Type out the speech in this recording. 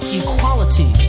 equality